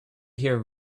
hear